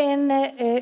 En